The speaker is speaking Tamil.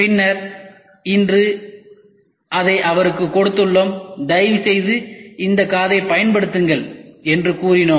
பின்னர் இன்று அதை அவருக்குக் கொடுத்துள்ளோம் தயவுசெய்து இந்த காதைப் பயன்படுத்துங்கள் என்று கூறினோம்